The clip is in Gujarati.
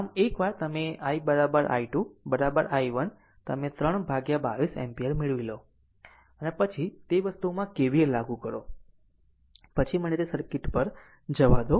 આમ એકવાર તમે i i2 i1 આ તમે 322 એમ્પીયર મેળવી લો તે પછી તમે તે વસ્તુમાં KVL લાગુ કરો પછી મને તે સર્કિટ પર જવા દો